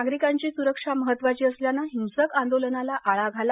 नागरिकांची सुरक्षा महत्त्वाची असल्यानं हिंसक आंदोलनाला आळा घाला